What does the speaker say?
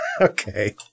Okay